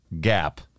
gap